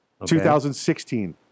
2016